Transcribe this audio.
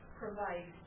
provide